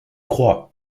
crois